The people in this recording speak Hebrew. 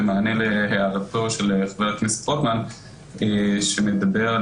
במענה להערתו של חבר הכנסת רוטמן שמדבר על